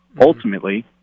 ultimately